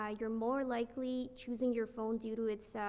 ah you're more likely choosing your phone due to its, ah,